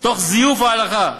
תוך זיוף ההלכה,